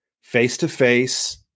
face-to-face